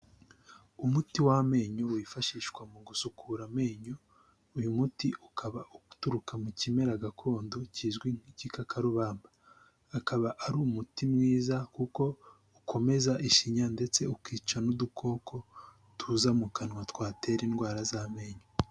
Umuti w'amenyo wifashishwa mu gusukura amenyo, uyu muti ukaba uturuka mu kimera gakondo kizwi nk'igikakarubamba, akaba ari umuti mwiza kuko ukomeza ishinya ndetse ukica n'udukoko tuza mu kanwa twatera indwara z'amenyo.